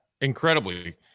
incredibly